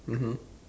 mmhmm